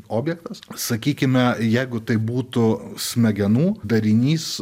objektas sakykime jeigu tai būtų smegenų darinys